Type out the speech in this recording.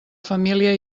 família